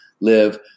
live